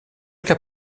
cas